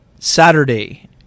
Saturday